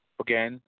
Again